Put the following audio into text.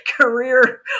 career